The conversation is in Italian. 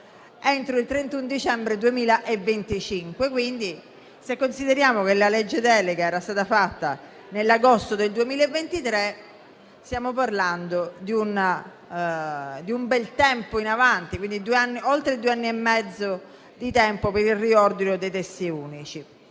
entro il 31 dicembre 2025". Se consideriamo che la legge delega era stata fatta nell'agosto 2023, stiamo parlando di un bel tempo in avanti, oltre due anni e mezzo di tempo per il riordino dei testi unici.